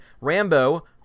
Rambo